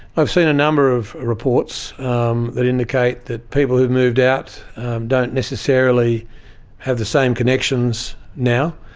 i've seen a number of reports that indicate that people who've moved out don't necessarily have the same connections now.